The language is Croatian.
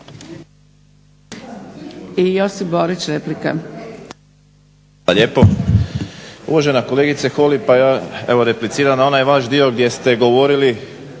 Josip (HDZ)** Hvala lijepo. Uvažena kolegice Holy pa evo ja repliciram na onaj vaš dio gdje ste govorili